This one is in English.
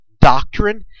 doctrine